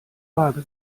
waage